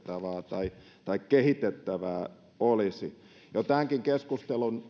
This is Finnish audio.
tai tehostettavaa tai kehitettävää jo tämänkin keskustelun